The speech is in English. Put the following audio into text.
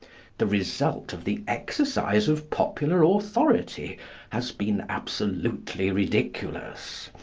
the result of the exercise of popular authority has been absolutely ridiculous.